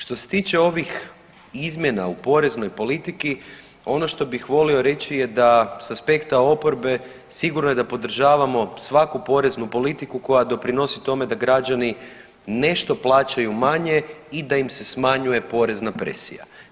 Što se tiče ovih izmjena u poreznoj politiki, ono što bih volio reći da sa aspekta oporbe sigurno je da podržavamo svaku poreznu politiku koja doprinosi tome da građani nešto plaćaju manje i da im se smanjuje porezna presija.